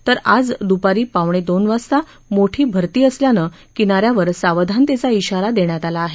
तर आज दुपारी पावणे दोन वाजता मोठी भरती असल्यानं किनाऱ्यावर सावधानतेचा इशारा देण्यात आला आहे